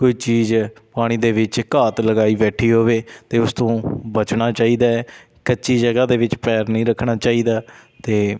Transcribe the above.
ਕੋਈ ਚੀਜ਼ ਪਾਣੀ ਦੇ ਵਿੱਚ ਘਾਤ ਲਗਾਈ ਬੈਠੀ ਹੋਵੇ ਤਾਂ ਉਸ ਤੋਂ ਬਚਣਾ ਚਾਹੀਦਾ ਕੱਚੀ ਜਗ੍ਹਾ ਦੇ ਵਿੱਚ ਪੈਰ ਨਹੀਂ ਰੱਖਣਾ ਚਾਹੀਦਾ ਅਤੇ